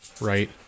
right